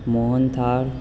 mohanthal